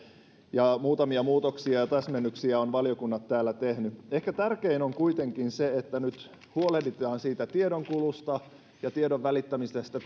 ja muutamia muutoksia ja täsmennyksiä ovat valiokunnat täällä tehneet ehkä tärkein on kuitenkin se että nyt huolehditaan tiedonkulusta ja tiedon välittämisestä